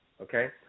okay